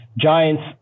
Giants